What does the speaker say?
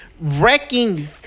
Wrecking